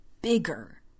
bigger